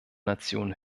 nationen